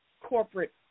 corporate